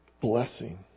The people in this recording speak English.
blessing